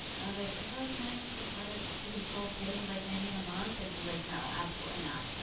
i was like, really, can't i just like let it, do this little thing, and like maybe in a month? and she's like no, absolutely not.